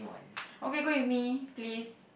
okay go with me please